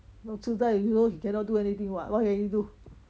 no 痴呆 you also cannot do anything [what] what you what you do